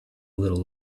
little